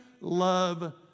love